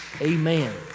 Amen